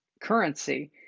currency